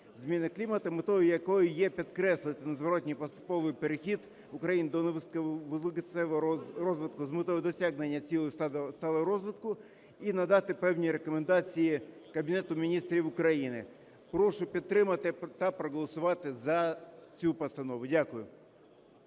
зміни клімату, метою якої є підкреслити незворотній поступовий перехід України до низьковуглецевого розвитку з метою досягнення цілей сталого розвитку і надати певні рекомендації Кабінету Міністрів України. Прошу підтримати та проголосувати за цю постанову. Дякую.